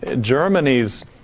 Germany's